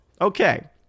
Okay